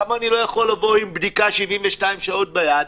למה אני לא יכול לבוא עם בדיקה 72 שעות ביד,